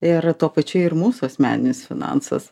ir tuo pačiu ir mūsų asmeninius finansus